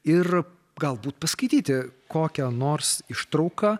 ir galbūt paskaityti kokią nors ištrauką